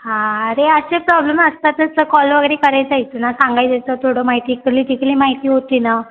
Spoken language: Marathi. हां अरे असेच प्रॉब्लेम्स असतातच कॉल वगैरे करायचा इथून सांगायचं थोडं माहिती अरे इकडली तिकडली माहिती होती ना